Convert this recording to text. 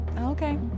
Okay